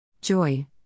Joy